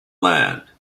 land